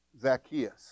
Zacchaeus